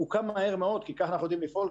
הוא הוקם מהר מאוד כי כך אנחנו יודעים לפעול.